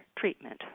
treatment